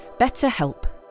BetterHelp